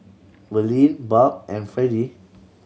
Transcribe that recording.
Verlene Barb and Fredie